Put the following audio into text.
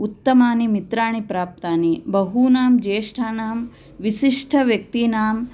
उत्तमानि मित्राणि प्राप्तानि बहूनां ज्येष्ठानां विशिष्टव्यक्तीनां